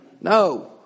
No